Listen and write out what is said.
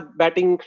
batting